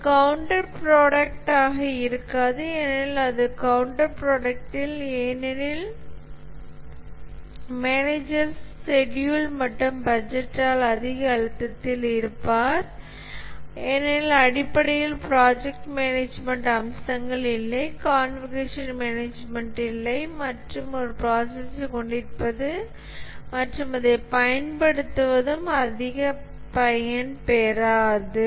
இது counter product ஆக இருக்காது ஏனெனில் அது கவுண்டர் ப்ரொடக்ட்டிவ் ஏனெனில் மேனேஜர் ஸ்கெடியூல் மற்றும் பட்ஜெட்டால் அதிக அழுத்தத்தில் இருப்பார்கள் ஏனெனில் அடிப்படை பிராஜக்ட் மேனேஜ்மென்ட் அம்சங்கள் இல்லை கான்ஃபிகுரேஷன் மேனேஜ்மென்ட் இல்லை மற்றும் ஒரு ப்ராசஸ்ஸைக் கொண்டிருப்பது மற்றும் அதைப் பயன்படுத்துவது அதிக பயன் பெறாது